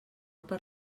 per